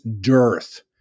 dearth